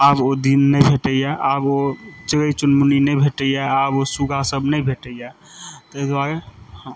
आब ओ दिन नहि भेटैया आब ओ चिरै चुनमुनी नहि भेटैया आब ओ सुगा सब नहि भेटैया ताहि दुआरे